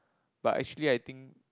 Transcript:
but actually I think